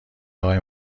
آقای